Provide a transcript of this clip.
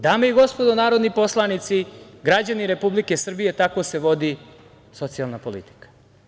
Dame i gospodo narodni poslanici, građani Republike Srbije, tako se vodi socijalna politika.